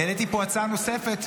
העליתי פה הצעה נוספת,